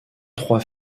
trois